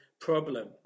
problem